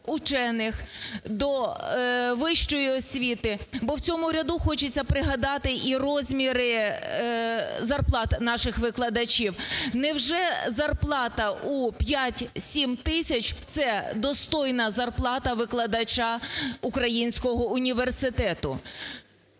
вчених, до вищої освіти, бо у цьому ряду хочеться пригадати і розміри зарплат наших викладачів. Невже зарплата у 5-7 тисяч – це достойна зарплата викладача українського університету?